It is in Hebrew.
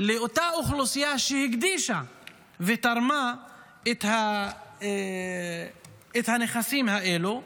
לאותה אוכלוסייה שהקדישה ותרמה את הנכסים האלו.